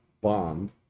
bond